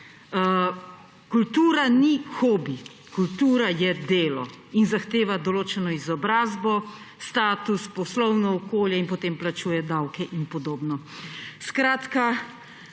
Kultura ni hobi, kultura je delo in zahteva določeno izobrazbo, status poslovno okolje in potem plačuje davke in podobno.